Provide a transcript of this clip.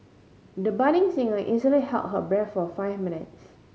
the budding singer easily held her breath for five minutes